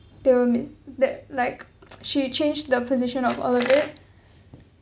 they were mi~ that like she changed the position of all of it